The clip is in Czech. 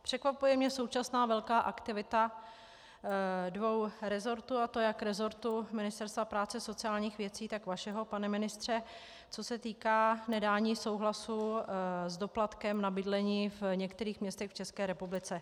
Překvapuje mě současná velká aktivita dvou resortů, a to jak resortu Ministerstva práce a sociálních věcí, tak vašeho, pane ministře, co se týká nedání souhlasu s doplatkem na bydlení v některých městech v České republice.